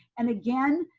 and again,